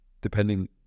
depending